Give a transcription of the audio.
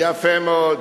יפה מאוד.